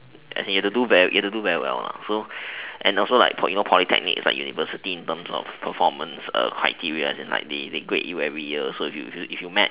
as in you have to do you have to do very well so and also like polytechnic is like university in terms of performance and criteria as in like they grade you every year so if you make